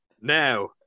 Now